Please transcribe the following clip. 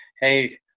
hey